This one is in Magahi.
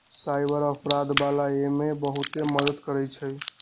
साइबर अपराध वाला एमे बहुते मदद करई छई